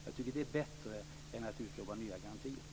Jag tycker att det är bättre än att utlova nya garantier.